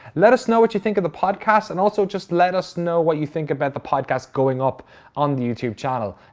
let us know what you think of the podcast and also just let us know what you think about the podcasts going up on the youtube channel.